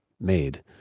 made